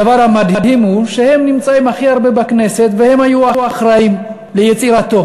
הדבר המדהים הוא שהם נמצאים הכי הרבה בכנסת והם היו אחראים ליצירתו.